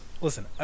Listen